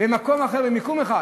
במקום אחר במיקום אחד,